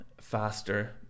faster